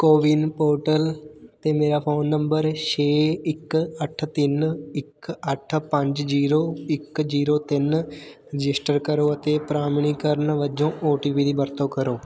CoWIN portal 'ਤੇ ਮੇਰਾ phone number ਛੇ ਇੱਕ ਅੱਠ ਤਿੰਨ ਇੱਕ ਅੱਠ ਪੰਜ ਜੀਰੋ ਇੱਕ ਜੀਰੋ ਤਿੰਨ ਰਜਿਸਟਰ ਕਰੋ ਅਤੇ ਪ੍ਰਮਾਣੀਕਰਨ ਵਜੋਂ ਓ ਟੀ ਪੀ ਦੀ ਵਰਤੋਂ ਕਰੋ